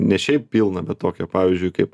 ne šiaip pilną bet tokią pavyzdžiui kaip